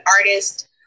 artist